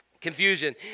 Confusion